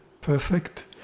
perfect